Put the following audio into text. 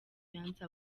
yanze